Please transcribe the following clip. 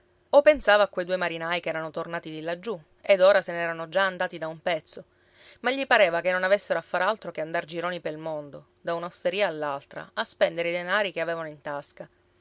o pensava a quei due marinai ch'erano tornati di laggiù ed ora se n'erano già andati da un pezzo ma gli pareva che non avessero a far altro che andar gironi pel mondo da un'osteria all'altra a spendere i denari che avevano in tasca